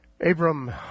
Abram